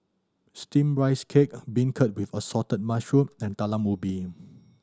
Steamed Rice Cake beancurd with assorted mushroom and Talam Ubi